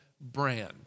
brand